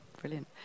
Brilliant